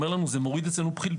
אומר לנו: זה מפחית פליטות.